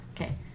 Okay